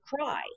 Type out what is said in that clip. cry